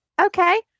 Okay